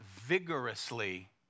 vigorously